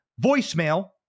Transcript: voicemail